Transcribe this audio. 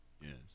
Yes